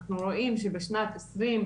אנחנו רואים שבשנת 2019,